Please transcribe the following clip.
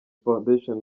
foundation